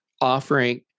offering